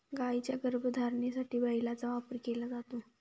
गायींच्या गर्भधारणेसाठी बैलाचा वापर केला जातो